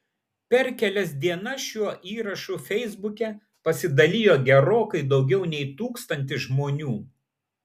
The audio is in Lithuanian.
per kelias dienas šiuo įrašu feisbuke pasidalijo gerokai daugiau nei tūkstantis žmonių